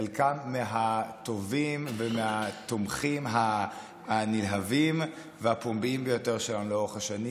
חלקם מהטובים ומהתומכים הנלהבים והפומביים ביותר שלנו לאורך השנים,